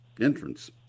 entrance